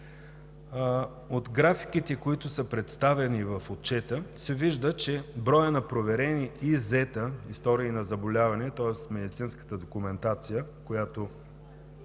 От графиките, представени в отчета, се вижда, че в броя на проверените ИЗ-ета (истории на заболяванията), тоест медицинската документация, която